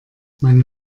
meine